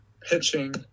pitching